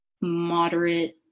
moderate